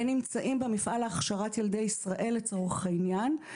ונמצאים במפעל להכשרת ילדי ישראל לצורך העניין,